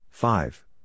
Five